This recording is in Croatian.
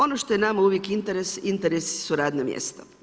Ono što je nama uvijek interes, interesi su radna mjesta.